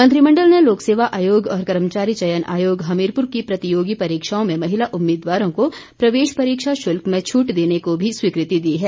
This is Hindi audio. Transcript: मंत्रिमंडल ने लोक सेवा आयोग और कर्मचारी चयन आयोग हमीरपुर की प्रतियोगी परीक्षाओं में महिला उम्मीदवारों को प्रवेश परीक्षा शुल्क में छूट देने को भी स्वीकृति दी है